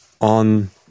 on